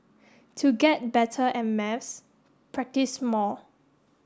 to get better at maths practise more